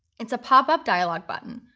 it's a pop-up dialog button.